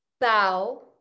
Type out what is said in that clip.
bow